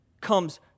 comes